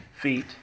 feet